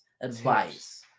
advice